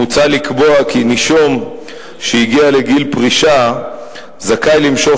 מוצע לקבוע כי נישום שהגיע לגיל פרישה זכאי למשוך